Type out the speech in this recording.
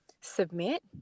submit